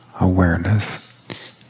awareness